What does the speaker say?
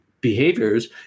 behaviors